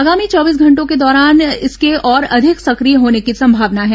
आगामी चौबीस घंटों के दौरान इसके और अधिक सक्रिय होने की संभावना है